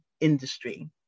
industry